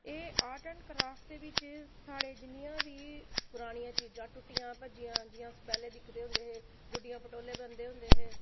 एह् art and craft बिच साढ़ी जिन्नियां बी परानियां चीज़ां टुट्टियां भज्जियां जियां अस पैह्लें दिखदे होंदे हे गुड्डियां पटोले बनदे होंदे हे